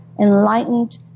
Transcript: enlightened